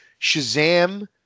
Shazam